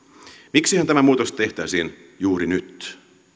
miksihän tämä muutos tehtäisiin juuri nyt